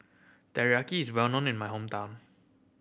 teriyaki is well known in my hometown